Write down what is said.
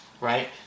right